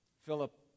Philip